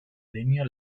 línea